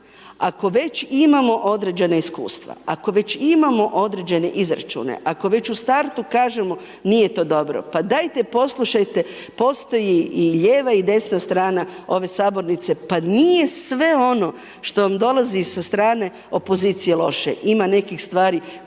ako već imamo određena iskustva, ako već imamo određene izračune, ako već u startu kažemo nije to dobro, pa dajte poslušajte postoji i lijeva i desna strana ove sabornice pa nije sve ono što vam dolazi sa strane opozicije loše, ima nekih stvari koje su dobre